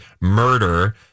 murder